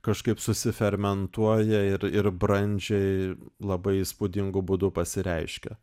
kažkaip susifermentuoja ir ir brandžiai labai įspūdingu būdu pasireiškia